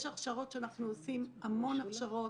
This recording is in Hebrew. יש הכשרות שאנחנו עושים, המון הכשרות